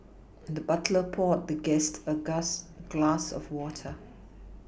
the butler poured the guest a gas glass of water